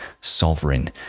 sovereign